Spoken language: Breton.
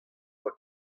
boa